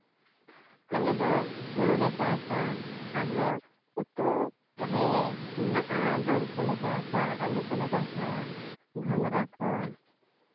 ᱟᱞᱮ ᱫᱚ ᱦᱩᱲᱩᱞᱮ ᱪᱟᱥᱟ ᱟᱨᱦᱚᱸ ᱩᱛᱩ ᱨᱮ ᱢᱮᱱᱟᱜᱼᱟ ᱫᱟᱹᱞ ᱠᱚᱞᱮ ᱪᱟᱥᱟ ᱟᱹᱞᱩ ᱠᱚᱞᱮ ᱪᱟᱥᱟ ᱜᱷᱟᱸᱝᱨᱟ ᱠᱚ